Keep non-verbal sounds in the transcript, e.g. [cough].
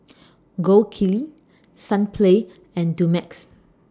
[noise] Gold Kili Sunplay and Dumex